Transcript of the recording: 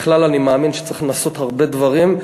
בכלל, אני מאמין שצריך לנסות הרבה דברים.